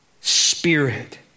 spirit